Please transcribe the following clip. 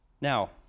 now